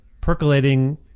percolating